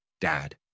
Dad